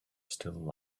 still